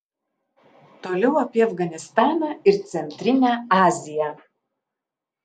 toliau apie afganistaną ir centrinę aziją